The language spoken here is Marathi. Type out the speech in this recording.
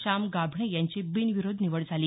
श्याम गाभणे यांची बिनविरोध निवड झाली